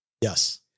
Yes